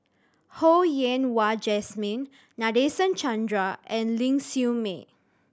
Ho Yen Wah Jesmine Nadasen Chandra and Ling Siew May